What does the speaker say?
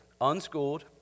unschooled